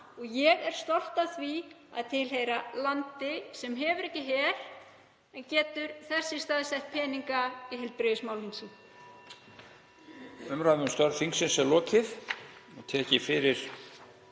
Ég er stolt af því að tilheyra landi sem hefur ekki her en getur þess í stað sett peninga í heilbrigðismálin.